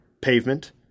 Pavement